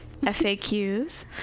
FAQs